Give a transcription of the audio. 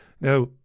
Now